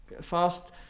fast